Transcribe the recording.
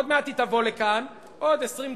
עוד מעט היא תבוא לכאן, עוד 20 דקות,